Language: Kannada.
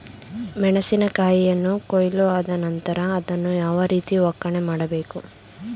ಮೆಣಸಿನ ಕಾಯಿಯನ್ನು ಕೊಯ್ಲು ಆದ ನಂತರ ಅದನ್ನು ಯಾವ ರೀತಿ ಒಕ್ಕಣೆ ಮಾಡಬೇಕು?